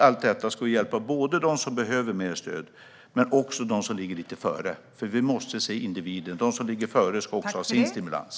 I allt detta ska vi hjälpa både dem som behöver mer stöd och dem som ligger lite före. Vi måste se individen. De som ligger före ska också ha sin stimulans.